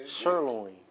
sirloin